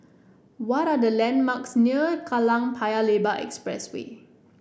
what are the landmarks near Kallang Paya Lebar Expressway